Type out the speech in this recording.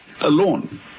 alone